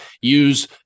use